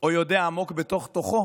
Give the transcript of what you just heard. או יודע עמוק בתוך-תוכו